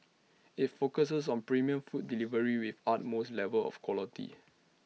IT focuses on premium food delivery with utmost level of quality